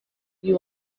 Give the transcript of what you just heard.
you